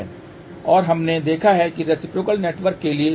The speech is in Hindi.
और हमने देखा है कि रेसिप्रोकल नेटवर्क के लिए AD−BC1